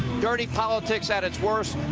dirty politics at its worst.